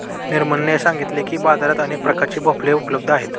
निर्मलने सांगितले की, बाजारात अनेक प्रकारचे भोपळे उपलब्ध आहेत